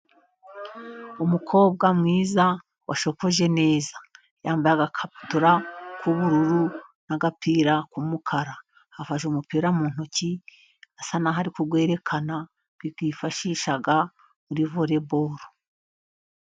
Umukobwa mwiza wasokoje neza, yambaye agakabutura k'ubururu n'agapira k'umukara; afashe umupira mu ntoki asa naho ari kuwerekana wifashishwa muri vore boru.